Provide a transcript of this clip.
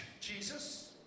Jesus